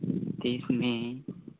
तीस मे